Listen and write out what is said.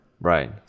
right